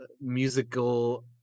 musical